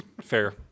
fair